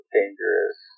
dangerous